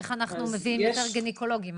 איך אנחנו מביאים לשם גניקולוגים?